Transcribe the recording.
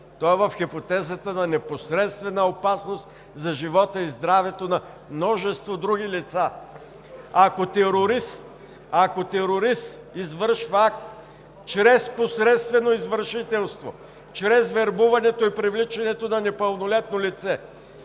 То е в хипотезата на непосредствена опасност за живота и здравето на множество други лица. Ако терорист извършва акт чрез посредствено извършителство, чрез вербуването и привличането на непълнолетно лице,